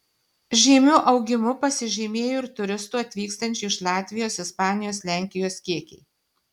žymiu augimu pasižymėjo ir turistų atvykstančių iš latvijos ispanijos lenkijos kiekiai